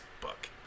book